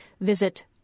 visit